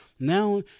Now